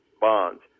bonds